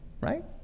right